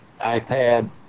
ipad